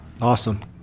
Awesome